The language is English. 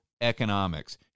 economics